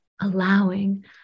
Allowing